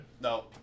No